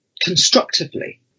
constructively